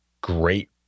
great